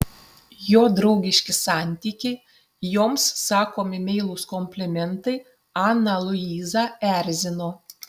jo draugiški santykiai joms sakomi meilūs komplimentai aną luizą erzino